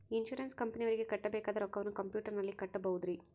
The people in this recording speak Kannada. ಇನ್ಸೂರೆನ್ಸ್ ಕಂಪನಿಯವರಿಗೆ ಕಟ್ಟಬೇಕಾದ ರೊಕ್ಕವನ್ನು ಕಂಪ್ಯೂಟರನಲ್ಲಿ ಕಟ್ಟಬಹುದ್ರಿ?